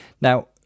Now